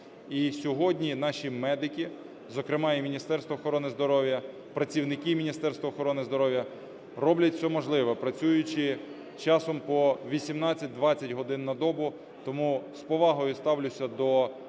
І сьогодні наші медики, зокрема і Міністерство охорони здоров'я, працівники Міністерства охорони здоров'я роблять все можливе, працюючи часом по 18-20 годин на добу. Тому з повагою ставлюся до медиків,